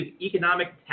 economic